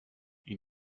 ihn